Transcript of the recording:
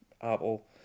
apple